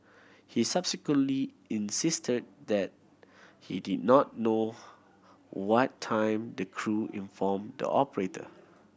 he subsequently insisted that he did not know what time the crew informed the operator